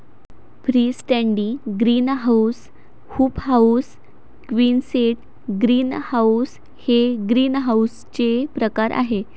free standing greenhouse, hoop house, quonset greenhouse हे ग्रीनहाऊसचे प्रकार आहे